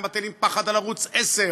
ומטילים פחד על ערוץ 10,